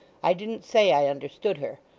i didn't say i understood her.